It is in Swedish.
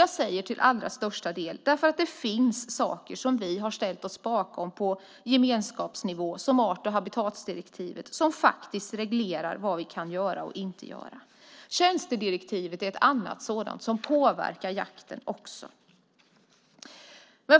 Jag säger "till allra största del" därför att det finns saker på gemenskapsnivå som vi har ställt oss bakom, till exempel art och habitatdirektivet som faktiskt reglerar vad vi kan göra och inte göra. Tjänstedirektivet påverkar också jakten.